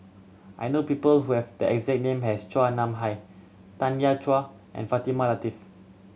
I know people who have the exact name as Chua Nam Hai Tanya Chua and Fatimah Lateef